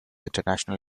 international